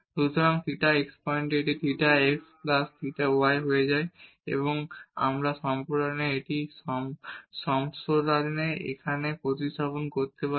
সুতরাং theta x পয়েন্টে এটি theta x plus theta y হয়ে যাবে এবং এখন আমরা এই সম্প্রসারণে এখানে প্রতিস্থাপন করতে পারি